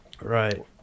right